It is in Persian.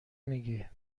میگی